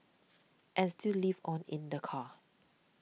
and still live on in the car